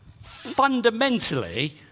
fundamentally